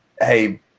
hey